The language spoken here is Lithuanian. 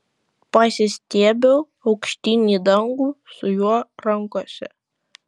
pasistiebiu aukštyn į dangų su juo rankose